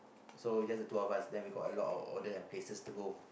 so it's just the two of us then we got a lot of order and places to go